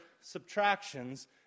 subtractions